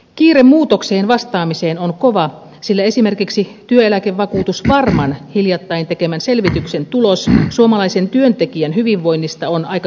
kiire muutokseen vastaamiseen on kova sillä esimerkiksi työeläkevakuutusyhtiö varman hiljattain tekemän selvityksen tulos suomalaisen työntekijän hyvinvoinnista on aika karua kertomaa